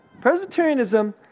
Presbyterianism